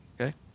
okay